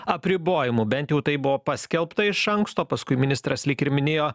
apribojimų bent jau taip buvo paskelbta iš anksto paskui ministras lyg ir minėjo